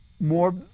more